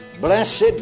blessed